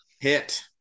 Hit